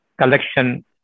collection